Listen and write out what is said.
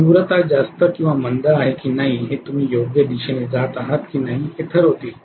तीव्रता जास्त किंवा मंद आहे की नाही हे तुम्ही योग्य दिशेने जात आहात की नाही हे ठरवतील